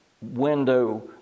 window